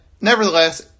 nevertheless